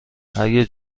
اگه